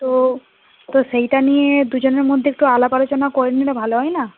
তো তো সেইটা নিয়ে দুজনের মধ্যে একটু আলাপ আলোচনা করে নিলে ভালো হয় না